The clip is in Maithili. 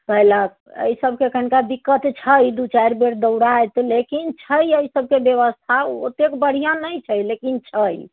पाओल एहि सबके कनिका दिक्कत छै दू चारि बेर दौड़ाएत लेकिन छै एहि सभके व्यवस्था ओतेक बढ़िआँ नहि छै लेकिन छै